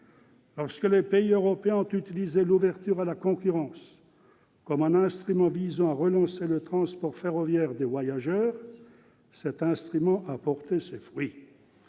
Lorsque les pays européens ont utilisé l'ouverture à la concurrence comme un instrument visant à relancer le transport ferroviaire de voyageurs, cet instrument a porté ses fruits.